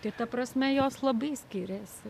tai ta prasme jos labai skiriasi